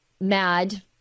Mad